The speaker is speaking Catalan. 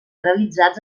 realitzats